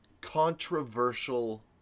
controversial